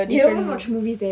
we ever watch movie there right